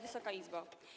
Wysoka Izbo!